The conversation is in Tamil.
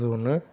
அது ஒன்று